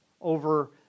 over